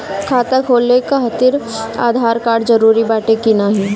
खाता खोले काहतिर आधार कार्ड जरूरी बाटे कि नाहीं?